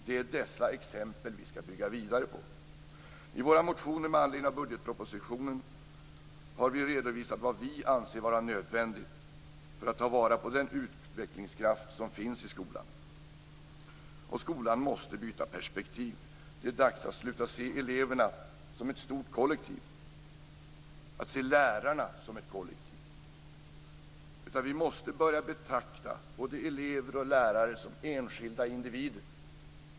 Det är dessa exempel vi ska bygga vidare på. I våra motioner med anledning av budgetpropositionen har vi redovisat vad vi anser vara nödvändigt för att ta vara på den utvecklingskraft som finns i skolan. Skolan måste byta perspektiv. Det är dags att sluta se eleverna som ett stort kollektiv och att sluta se lärarna som ett kollektiv. Vi måste börja betrakta både elever och lärare som enskilda individer.